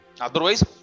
Otherwise